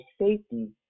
safety